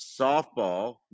Softball